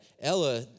Ella